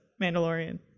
Mandalorian